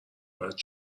باید